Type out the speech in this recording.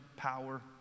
Power